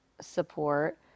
support